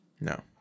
No